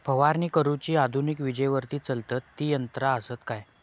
फवारणी करुची आधुनिक विजेवरती चलतत ती यंत्रा आसत काय?